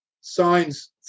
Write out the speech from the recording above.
signs